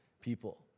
people